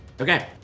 Okay